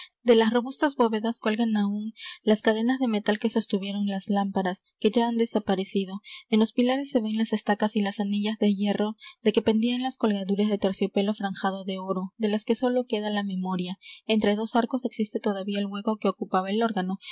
de las robustas bóvedas cuelgan aún las cadenas de metal que sostuvieron las lámparas que ya han desaparecido en los pilares se ven las estacas y las anillas de hierro de que pendían las colgaduras de terciopelo franjado de oro de las que sólo queda la memoria entre dos arcos existe todavía el hueco que ocupaba el órgano